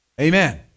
amen